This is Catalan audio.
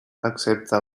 excepte